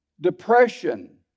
Depression